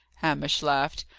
hamish laughed.